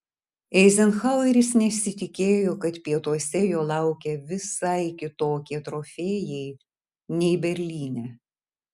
eizenhaueris nesitikėjo kad pietuose jo laukia visai kitokie trofėjai nei berlyne